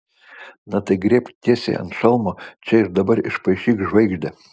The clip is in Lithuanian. na tai griebk tiesiai ant šalmo čia ir dabar išpaišyk žvaigždę